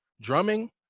drumming